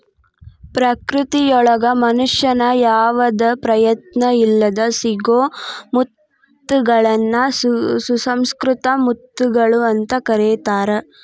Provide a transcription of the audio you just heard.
ಪ್ರಕೃತಿಯೊಳಗ ಮನುಷ್ಯನ ಯಾವದ ಪ್ರಯತ್ನ ಇಲ್ಲದ್ ಸಿಗೋ ಮುತ್ತಗಳನ್ನ ಸುಸಂಕೃತ ಮುತ್ತುಗಳು ಅಂತ ಕರೇತಾರ